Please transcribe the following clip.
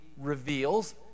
reveals